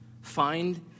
Find